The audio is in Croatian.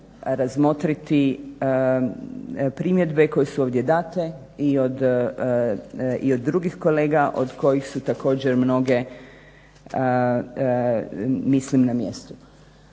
razmotriti primjedbe koje su ovdje date i od drugih kolega od kojih su također mnoge mislim na mjestu.